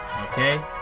Okay